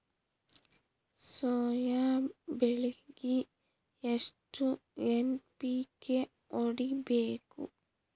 Soya ಬೆಳಿಗಿ ಎಷ್ಟು NPK ಹೊಡಿಬೇಕು?